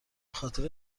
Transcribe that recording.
خاطر